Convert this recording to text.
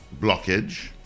blockage